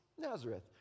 Nazareth